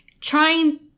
trying